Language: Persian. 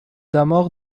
دماغ